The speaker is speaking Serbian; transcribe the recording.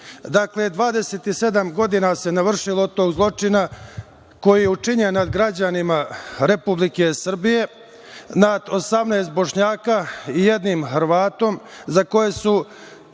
27 godina se navršilo od tog zločina koji je učinjen nad građanima Republike Srbije, nad 18 Bošnjaka i jednim Hrvatom, za koje su